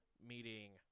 meeting